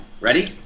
Ready